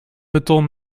beton